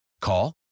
call